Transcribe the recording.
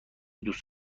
دوست